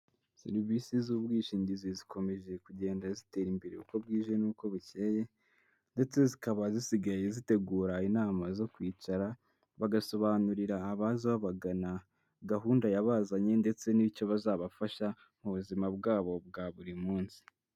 Serivisi z'ubwishingizi zikomeje kugenda zitera imbere uko bwije n'uko bukeye ndetse zikaba zisigaye zitegura inama zo kwicara bagasobanurira abaza babagana gahunda yabazanye ndetse n'icyo bazabafasha mu buzima bwabo bwa buri munsi.